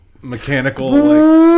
mechanical